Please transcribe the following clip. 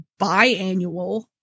biannual